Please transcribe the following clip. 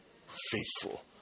faithful